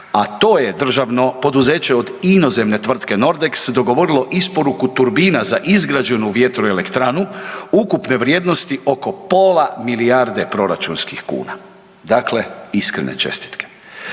a to je državno poduzeće od inozemne tvrtke Nordex dogovorilo isporuku turbina za izgrađenu vjetroelektranu ukupne vrijednosti oko pola milijarde proračunskih kuna, dakle iskrene čestitke.